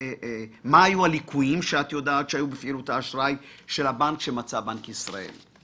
מה היו הליקויים שאת יודעת שהיו בפעילות האשראי של הבנק שמצא בנק ישראל?